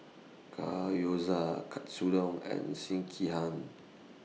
Gyoza Katsudon and Sekihan